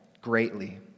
greatly